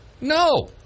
No